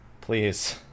please